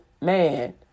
man